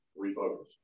Refocus